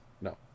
No